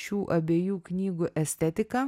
šių abiejų knygų estetika